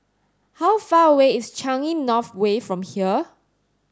how far away is Changi North Way from here